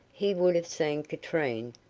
he would have seen katrine,